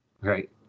Right